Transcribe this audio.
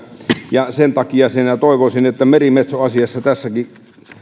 ja sen takia toivoisin että merimetsoasiassakin